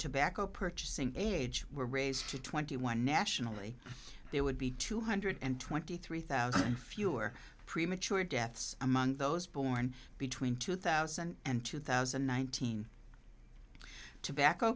tobacco purchasing age were raised to twenty one nationally there would be two hundred twenty three thousand fewer premature deaths among those born between two thousand and two thousand and nineteen tobacco